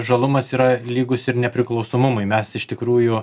žalumas yra lygus ir nepriklausomumui mes iš tikrųjų